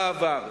בעבר.